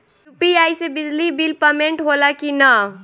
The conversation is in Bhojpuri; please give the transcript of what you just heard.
यू.पी.आई से बिजली बिल पमेन्ट होला कि न?